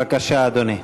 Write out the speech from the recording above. בבקשה, אדוני.